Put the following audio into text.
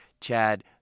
Chad